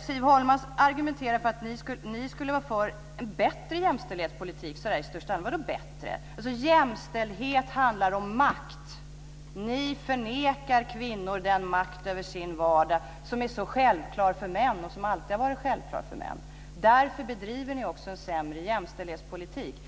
Siv Holma argumenterar för att de tre samarbetspartierna skulle vara för en bättre jämställdhetspolitik så där i största allmänhet. Vadå, bättre? Jämställdhet handlar om makt. Ni förnekar kvinnor den makt över sin vardag som är så självklar för män och som alltid varit självklar för män. Därför bedriver ni också en sämre jämställdhetspolitik.